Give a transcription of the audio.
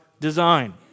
design